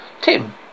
Tim